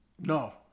No